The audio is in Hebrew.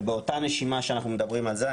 ובאותה נשימה שאנחנו מדברים על זה,